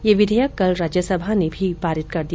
ये विघेयक कल राज्यसभा ने भी पारित कर दिया